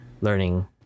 learning